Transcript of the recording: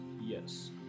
Yes